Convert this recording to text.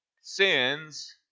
sins